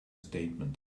statement